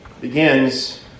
Begins